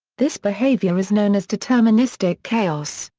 this behavior is known as deterministic chaos,